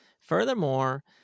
Furthermore